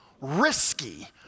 risky